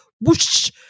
whoosh